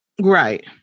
Right